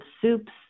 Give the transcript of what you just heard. soups